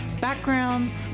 backgrounds